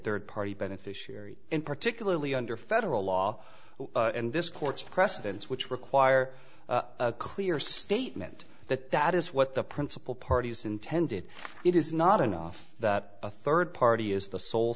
third party beneficiary and particularly under federal law and this court's precedents which require a clear statement that that is what the principal parties intended it is not enough that a third party is the sole